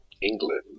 England